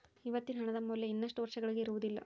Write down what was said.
ಇವತ್ತಿನ ಹಣದ ಮೌಲ್ಯ ಇನ್ನಷ್ಟು ವರ್ಷಗಳಿಗೆ ಇರುವುದಿಲ್ಲ